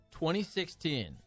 2016